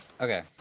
okay